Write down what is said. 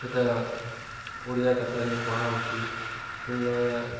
ସେଟା ଓଡ଼ିଆ କେତାଗିରି କୁହା ହେଉଛି କିଣିଲଗା